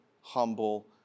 humble